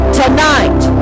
tonight